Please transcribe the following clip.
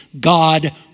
God